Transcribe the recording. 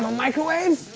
microwave?